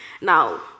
Now